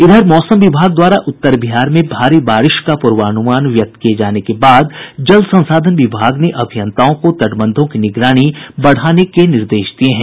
इधर मौसम विभाग द्वारा उत्तर बिहार में भारी बारिश का पूर्वानुमान व्यक्त किये जाने के बाद जल संसाधन विभाग ने अभियंताओं को तटबंधों की निगरानी बढ़ाने का निर्देश दिया है